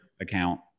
account